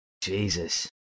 Jesus